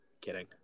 Kidding